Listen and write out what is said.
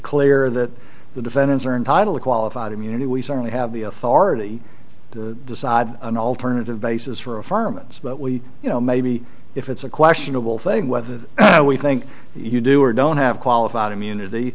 clear that the defendants are untidily qualified immunity we certainly have the authority to decide an alternative basis for a firm and but we you know maybe if it's a questionable thing whether we think you do or don't have qualified immunity